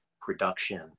production